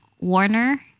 Warner